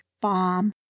bomb